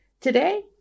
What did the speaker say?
today